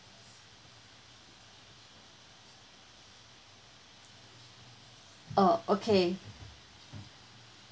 orh okay